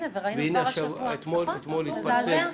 אתמול התפרסם.